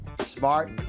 smart